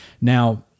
Now